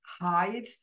hide